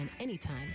anytime